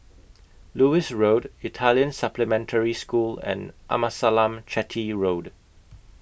Lewis Road Italian Supplementary School and Amasalam Chetty Road